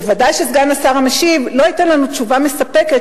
ודאי שסגן השר המשיב לא ייתן לנו תשובה מספקת